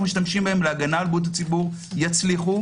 משתמשים בהם להגנה על בריאות הציבור יצליחו,